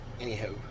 Anyhow